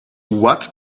what